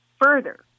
Further